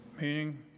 meaning